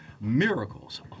Miracles